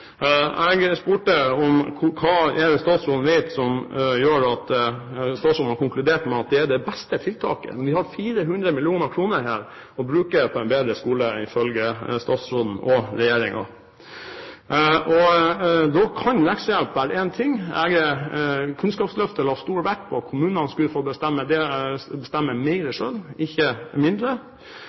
Jeg spurte om hva det er statsråden vet som gjør at statsråden har konkludert med at det er det beste tiltaket. Vi har 400 mill. kr å bruke på en bedre skole, ifølge statsråden og regjeringen. Da kan leksehjelp være én ting. Kunnskapsløftet la stor vekt på at kommunene skulle få bestemme mer selv, ikke mindre.